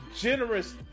generous